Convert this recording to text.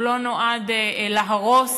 הוא לא נועד להרוס.